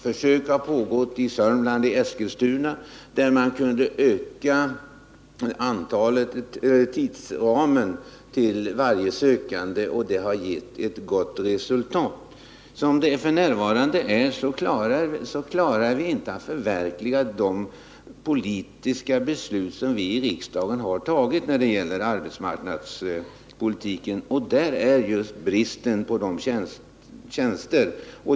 Försök har pågått i Eskilstuna, där man kunnat öka tidsramen för varje sökande, och det har gett ett gott resultat. Som det f. n. är klarar vi inte att förverkliga de politiska beslut som vi i riksdagen har fattat när det gäller arbetsmarknadspolitiken, och orsaken är just bristen på tjänster.